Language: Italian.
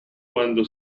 quando